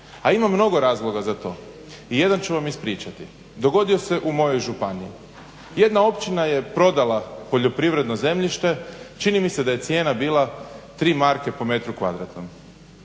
A ima mnogo razloga za to. I jedan ću vam ispričati. Dogodio se u mojoj županiji. Jedna općina je prodala poljoprivredno županije, čini mi se da je cijena bila 3 marke po metru kvadratnom,